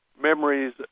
memories